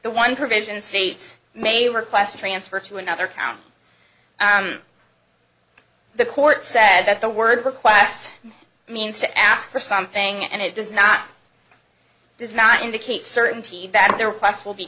the one provision states may request a transfer to another county the court said that the word request means to ask for something and it does not does not indicate certainty that there were plus will be